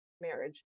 marriage